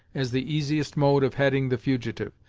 as the easiest mode of heading the fugitive.